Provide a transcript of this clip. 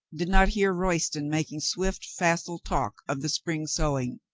did not hear royston making swift, facile talk of the spring sowing.